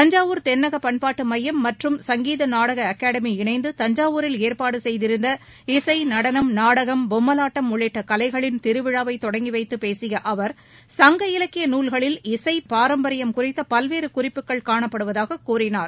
தஞ்சாவூர் தென்னக பண்பாட்டு மையம் மற்றும் சங்கீத நாடக அகாடமி இணைந்து தஞ்சாவூரில் ஏற்பாடு செய்திருந்த இசை நடனம் நாடகம் பொம்மலாட்டம் உள்ளிட்ட கலைகளின் திருவிழாவை தொடங்கி வைத்து பேசிய அவர் சங்க இலக்கிய நூல்களில் இசை பாரம்பரியம் குறித்த பல்வேறு குறிப்புகள் காணப்படுவதாக கூறினார்